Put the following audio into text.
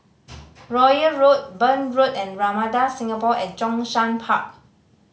Royal Road Burn Road and Ramada Singapore at Zhongshan Park